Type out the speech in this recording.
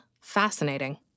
fascinating